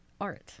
art